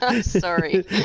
Sorry